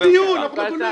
יש דיון, אף אחד לא גונב.